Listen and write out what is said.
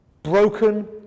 Broken